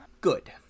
Good